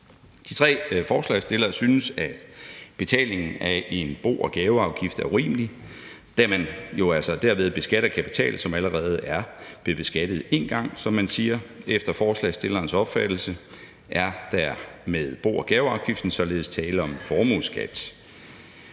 De tre forslagsstillere synes, at betalingen af en bo- og gaveafgift er urimelig, da man jo altså derved beskatter kapital, som allerede er blevet beskattet en gang, som man siger. Efter forslagsstillernes opfattelse er der med bo- og gaveafgiften således tale om en formueskat.